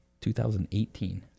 2018